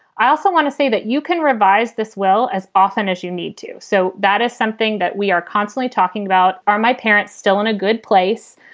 i also want to say that you can revise this well as often as you need to. so that is something that we are constantly talking about. are my parents still in a good place?